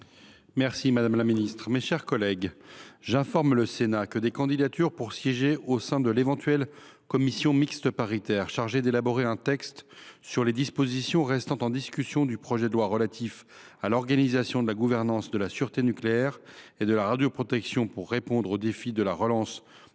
terminé avec les réponses à des questions orales. J’informe le Sénat que des candidatures pour siéger au sein de l’éventuelle commission mixte paritaire chargée d’élaborer un texte sur les dispositions restant en discussion du projet de loi relatif à l’organisation de la gouvernance de la sûreté nucléaire et de la radioprotection pour répondre au défi de la relance de